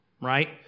right